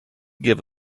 give